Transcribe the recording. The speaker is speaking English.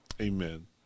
Amen